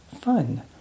fun